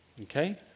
Okay